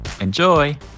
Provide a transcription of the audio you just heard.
Enjoy